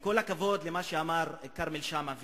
עם כל הכבוד למה שאמר כרמל שאמה וכולם,